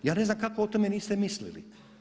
Ja ne znam kako o tome niste mislili?